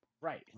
Right